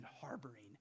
harboring